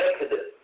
Exodus